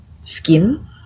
skin